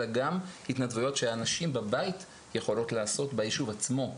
אלא גם התנדבויות שהנשים בבית יכולות לעשות ביישוב עצמו.